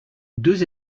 deux